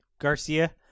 Garcia